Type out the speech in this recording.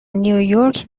نیویورک